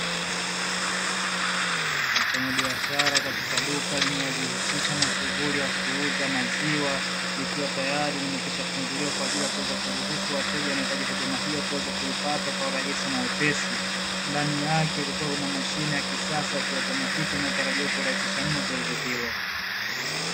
Mfanyabiashara katika duka linalojihusisha na shughuli ya kuuza maziwa, likiwa tayari limekwishafunguliwa kwa ajili ya kuweza kuruhusu wateja wanaohitaji huduma hiyo, kuweza kuipata kwa urahisi na wepesi ndani yake kulikuwa kuna mashine ya kisasa ya ki automatiki na utarajio kwa urahisisha mno zoezi hilo.